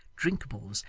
drinkables,